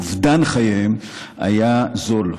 אובדן חייהם היה זול.